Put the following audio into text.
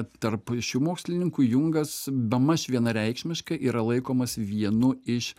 tarp šių mokslininkų jungas bemaž vienareikšmiškai yra laikomas vienu iš